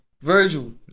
Virgil